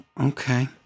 okay